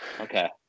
Okay